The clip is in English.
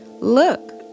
Look